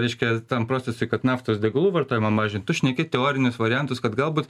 reiškia tam procesui kad naftos degalų vartojimą mažint tu šneki teorinius variantus kad galbūt